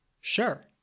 sure